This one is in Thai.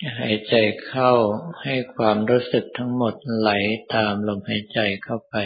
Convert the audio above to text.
กำหนดความรู้สึกทั้งหมดของเราอยู่ที่ลมหายใจเข้าออกเฉพาะหน้า หายใจเข้าให้ความรู้สึกทั้งหมดไหลตามลมหายใจเข้าไป